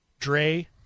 Dre